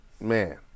man